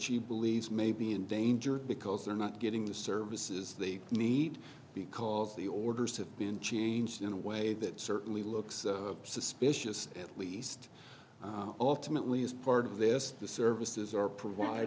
she believes may be in danger because they're not getting the services they need because the orders have been changed in a way that certainly looks suspicious at least ultimately is part of this the services are provide